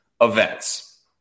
events